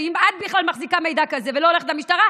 ואם את בכלל מחזיקה מידע כזה ולא הולכת למשטרה,